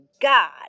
God